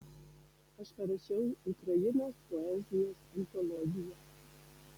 aš parašiau ukrainos poezijos antologiją